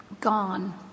gone